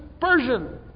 Persian